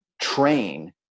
train